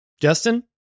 Justin